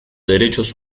derechos